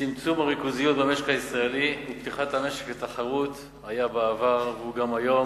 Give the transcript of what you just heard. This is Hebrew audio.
צמצום הריכוזיות במשק הישראלי ופתיחת המשק לתחרות היו בעבר והם גם היום